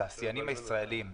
התעשיינים הישראלים,